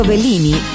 Bellini